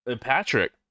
patrick